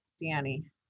Danny